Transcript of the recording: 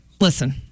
listen